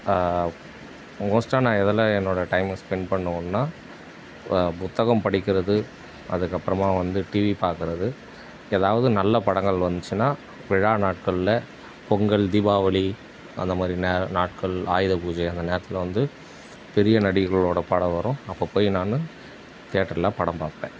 மோஸ்ட்டாக நான் எதில் என்னோட டைமை ஸ்பெண்ட் பண்ணுவேன்னால் புத்தகம் படிக்கிறது அதுக்கப்புறமா வந்து டிவி பார்க்கறது ஏதாவது நல்ல படங்கள் வந்துச்சின்னா விழா நாட்களில் பொங்கல் தீபாவளி அந்த மாதிரி நேர நாட்கள் ஆயுத பூஜை அந்த நேரத்தில் வந்து பெரிய நடிகர்களோட படம் வரும் அப்போ போய் நான் தேட்டரில் படம் பார்ப்பேன்